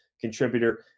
contributor